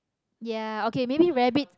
ya okay maybe rabbit